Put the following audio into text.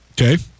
Okay